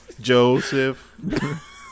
Joseph